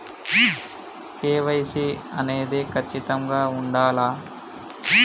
KYC అనేది ఖచ్చితంగా ఉండాలా?